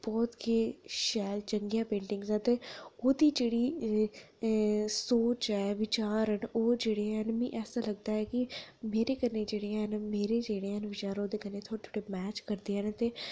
ओह् बहुत गे शैल चंगियां पोंटिंगस न बहुत गै जेह्ड़ी सोच ऐ बिचार ओह् जेह्ड़े हैन मिगी ऐसा लगदा हैन जेह्ड़ा ऐ कि मेरे जेह्ड़े हैन बिचार थोह्ड़े मैच करदे हैन